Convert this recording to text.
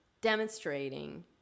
demonstrating